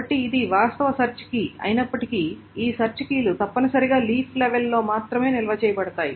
కాబట్టి ఇది వాస్తవ సెర్చ్ కీ అయినప్పటికీ ఈ సెర్చ్ కీలు తప్పనిసరిగా లీఫ్ లెవెల్ లో మాత్రమే నిల్వ చేయబడతాయి